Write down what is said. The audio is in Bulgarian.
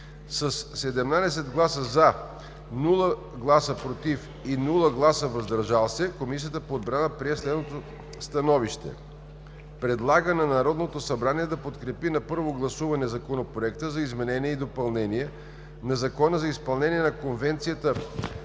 Със 17 гласа „за“, без „против“ и „въздържал се“ Комисията по отбрана прие следното становище: предлага на Народното събрание да подкрепи на първо гласуване Законопроект за изменение и допълнение на Закона за изпълнение на Конвенцията